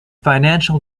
financial